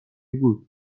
بود